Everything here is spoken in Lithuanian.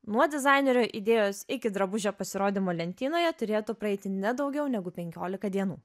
nuo dizainerio idėjos iki drabužio pasirodymo lentynoje turėtų praeiti ne daugiau negu penkiolika dienų